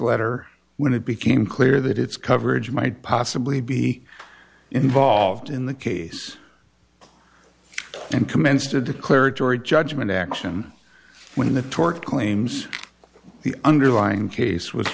letter when it became clear that its coverage might possibly be involved in the case and commenced a declaratory judgment action when the tort claims the underlying case was